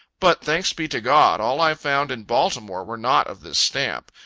but, thanks be to god, all i found in baltimore were not of this stamp.